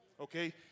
Okay